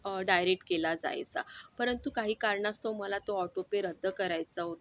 direct केला जायचा परंतु काही कारणास्तव मला तो ऑटोपे रद्द करायचा होता